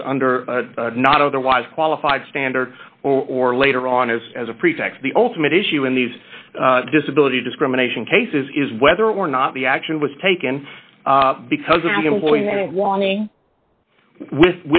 this under not otherwise qualified standard or later on as as a pretext the ultimate issue in these disability discrimination cases is whether or not the action was taken because